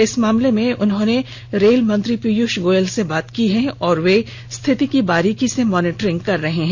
इस मामले में उन्होंने रेल मंत्री पीयूष गोयल से बात की है और वे स्थिति की बारीकी से मॉनिटरिंग कर रहे हैं